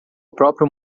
próprio